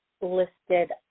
listed